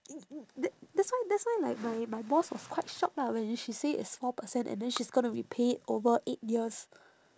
tha~ that's why that's why like my my boss was quite shocked lah when she say it's four percent and then she's gonna repay it over eight years